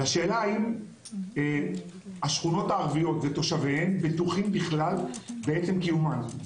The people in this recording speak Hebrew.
לשאלה האם השכונות הערביות ותושביהם בטוחים בכלל בעצם קיומן.